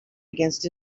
against